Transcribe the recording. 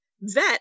vet